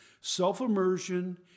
Self-immersion